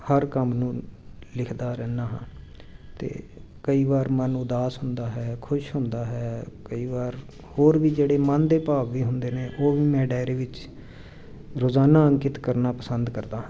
ਹਰ ਕੰਮ ਨੂੰ ਲਿਖਦਾ ਰਹਿੰਦਾ ਹਾਂ ਅਤੇ ਕਈ ਵਾਰ ਮਨ ਉਦਾਸ ਹੁੰਦਾ ਹੈ ਖੁਸ਼ ਹੁੰਦਾ ਹੈ ਕਈ ਵਾਰ ਹੋਰ ਵੀ ਜਿਹੜੇ ਮਨ ਦੇ ਭਾਵ ਵੀ ਹੁੰਦੇ ਨੇ ਉਹ ਵੀ ਮੈਂ ਡਾਇਰੀ ਵਿੱਚ ਰੋਜ਼ਾਨਾ ਅੰਕਿਤ ਕਰਨਾ ਪਸੰਦ ਕਰਦਾ ਹਾਂ